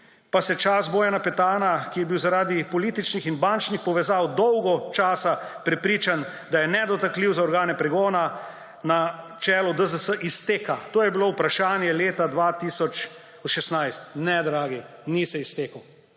pa se čas Bojana Petana, ki je bil zaradi političnih in bančnih povezav dolgo časa prepričan, da je nedotakljiv za organe pregona, na čelu DZS izteka?« To je bilo vprašanje leta 2016. Ne, dragi, ni se iztekel.